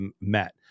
met